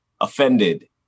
offended